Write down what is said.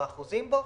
בו.